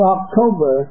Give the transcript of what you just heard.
October